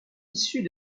issus